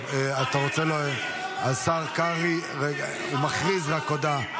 אתה רוצה, השר קרעי, הוא רק מכריז הודעה.